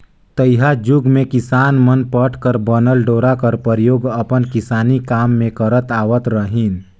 तइहा जुग मे किसान मन पट कर बनल डोरा कर परियोग अपन किसानी काम मे करत आवत रहिन